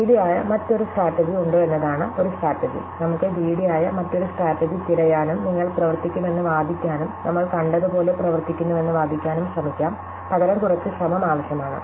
greedy ആയ മറ്റൊരു strategy ഉണ്ടോയെന്നതാണ് ഒരു സ്ട്രാറ്റെജി നമ്മുക്ക് ഗ്രീടി ആയ മറ്റൊരു സ്ട്രാറ്റെജി തിരയാനും നിങ്ങൾ പ്രവർത്തിക്കുമെന്ന് വാദിക്കാനും നമ്മൾ കണ്ടതുപോലെ പ്രവർത്തിക്കുന്നുവെന്ന് വാദിക്കാനും ശ്രമിക്കാം പകരം കുറച്ച് ശ്രമം ആവശ്യമാണ്